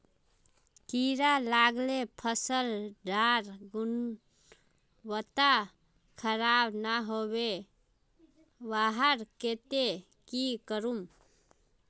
कीड़ा लगाले फसल डार गुणवत्ता खराब ना होबे वहार केते की करूम?